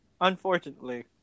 Unfortunately